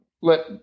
let